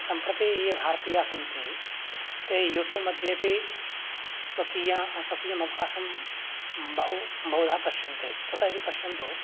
सम्प्रति ये भारतीयाः सन्ति ते यूटूब् मध्ये अपि स्वकीय स्वकीयम् अवकाशं बहु बहुदा पश्यन्ति कुतः इति पश्यन्तु